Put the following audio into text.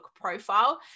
profile